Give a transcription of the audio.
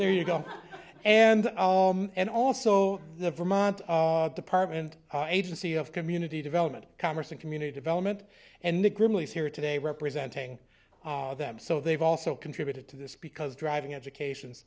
there you go and and also the vermont department agency of community development commerce and community development and the grimly is here today representing them so they've also contributed to this because driving education's